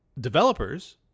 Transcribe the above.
developers